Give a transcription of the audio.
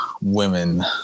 women